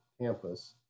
campus